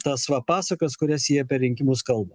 tas va pasakas kurias jie per rinkimus kalba